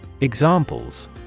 Examples